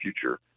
future